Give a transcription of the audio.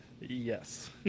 Yes